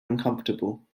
uncomfortable